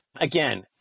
again